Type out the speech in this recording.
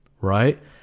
right